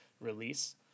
release